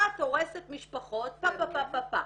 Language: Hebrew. את הורסת משפחות וכולי.